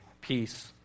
peace